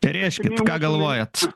tai rėžkit ką galvojat